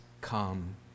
come